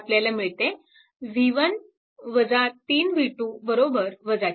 आपल्याला मिळते v1 3 v2 4